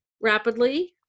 rapidly